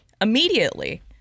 Immediately